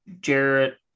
Jarrett